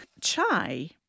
Chai